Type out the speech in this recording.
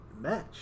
match